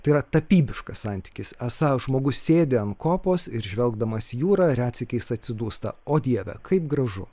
tai yra tapybiškas santykis esą žmogus sėdi ant kopos ir žvelgdamas į jūrą retsykiais atsidūsta o dieve kaip gražu